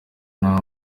naha